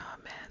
amen